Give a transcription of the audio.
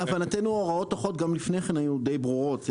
להבנתנו הוראות החוק גם לפני כן היו די ברורות.